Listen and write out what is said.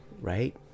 right